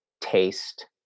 taste